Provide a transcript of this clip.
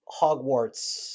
hogwarts